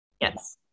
Yes